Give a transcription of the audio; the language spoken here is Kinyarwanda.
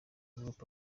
group